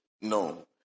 No